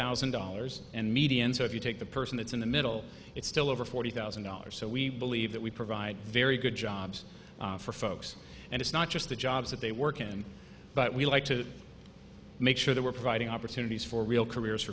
thousand dollars and median so if you take the person that's in the middle it's still over forty thousand dollars so we believe that we provide very good jobs for folks and it's not just the jobs that they work in but we like to make sure that we're providing opportunities for real careers